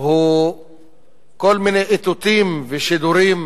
הוא כל מיני איתותים ושידורים,